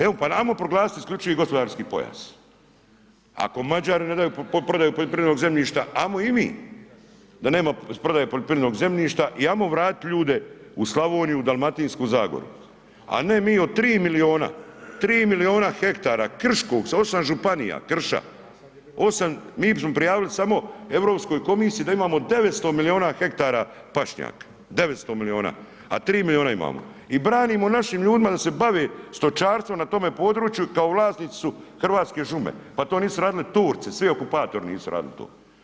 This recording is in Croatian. Evo, pa ajmo proglasiti IGP, ako Mađari ne daju prodaju poljoprivrednog zemljišta ajmo i mi da nema prodaje poljoprivrednog zemljišta i ajmo vratit ljude u Slavoniju, u Dalmatinsku Zagoru, a ne mi od 3 milijona, 3 milijona hektora krškog sa 8 županija krša, 8, mi smo prijavili samo Europskoj komisiji da imamo 900 milijona hektara pašnjak, 900 milijona, a 3 milijona imamo i branimo našim ljudima da se bave stočarstvom na tome području kao vlasnici su Hrvatske šume, pa to nisu radili Turci, svi okupatori nisu radili to.